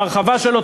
ההרחבה שלו,